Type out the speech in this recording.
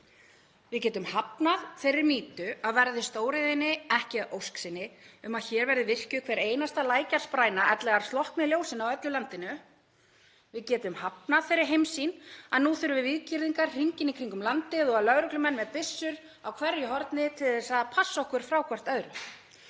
Við getum hafnað þeirri mýtu að verði stóriðjunni ekki að ósk sinni um að hér verði virkjuð hver einasta lækjarspræna slokkni ljósin á öllu landinu. Við getum hafnað þeirri heimssýn að nú þurfum við víggirðingar hringinn í kringum landið og lögreglumenn með byssur á hverju horni til að passa okkur frá hvert öðru.